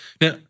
Now